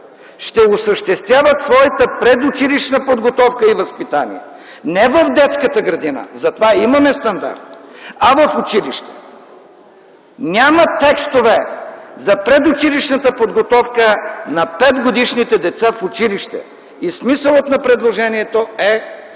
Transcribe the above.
ще осъществяват своята предучилищна подготовка и възпитание не в детската градина, за това имаме стандарт, а в училище. Няма текстове за предучилищната подготовка на петгодишните деца в училище и смисълът на предложението е